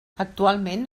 actualment